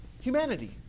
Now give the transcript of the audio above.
humanity